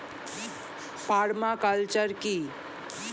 Parma culture কি?